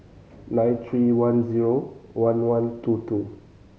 nine three one zero one one two two